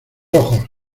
ojos